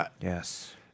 Yes